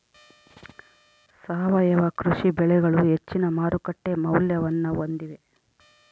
ಸಾವಯವ ಕೃಷಿ ಬೆಳೆಗಳು ಹೆಚ್ಚಿನ ಮಾರುಕಟ್ಟೆ ಮೌಲ್ಯವನ್ನ ಹೊಂದಿವೆ